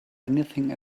anything